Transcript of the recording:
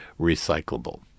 recyclable